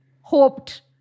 hoped